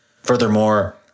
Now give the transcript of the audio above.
Furthermore